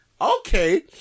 Okay